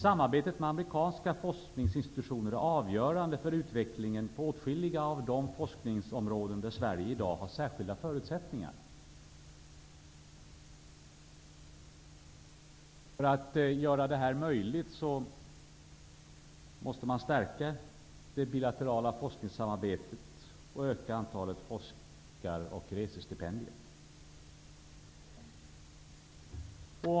Samarbetet med amerikanska forskningsinstitutioner är avgörande för utvecklingen på åtskilliga av de forskningsområden där Sverige i dag har särskilda förutsättningar. För att göra det möjligt att stärka det bilaterala forskningssamarbetet bör ökning av antalet forskar och resestipendier ske.